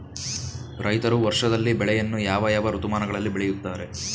ರೈತರು ವರ್ಷದಲ್ಲಿ ಬೆಳೆಯನ್ನು ಯಾವ ಯಾವ ಋತುಮಾನಗಳಲ್ಲಿ ಬೆಳೆಯುತ್ತಾರೆ?